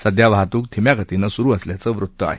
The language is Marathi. सध्या वाहतूक धिम्या गतीनं सुरू असल्याचं वृत्त आहे